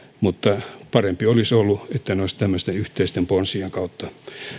mutta parempi olisi ollut että ne olisi tämmöisten yhteisten ponsien kautta